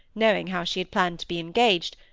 knowing how she had planned to be engaged,